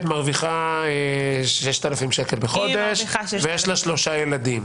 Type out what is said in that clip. ומרוויחה 6,000 שקל בחודש ויש לה שלושה ילדים.